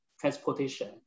transportation